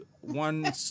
one